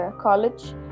college